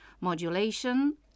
modulation